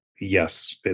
yes